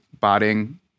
botting